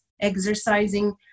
exercising